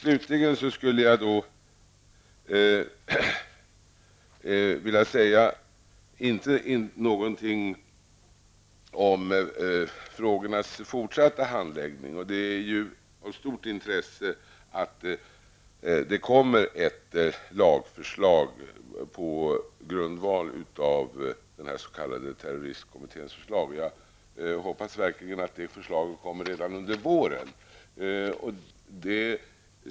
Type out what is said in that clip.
Låt mig slutligen säga något om frågornas fortsatta handläggning. Det är av stort intresse att det läggs fram ett lagförslag på grundval av den s.k. terroristkommitténs förslag. Jag hoppas verkligen att det förslaget kommer redan under våren.